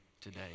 today